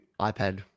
iPad